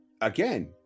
again